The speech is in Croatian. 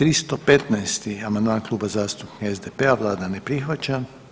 315. amandman Kluba zastupnika SDP-a, vlada ne prihvaća.